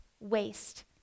waste